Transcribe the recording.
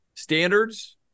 Standards